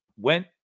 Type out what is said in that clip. went